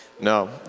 No